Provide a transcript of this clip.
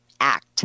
Act